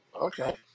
okay